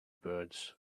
birds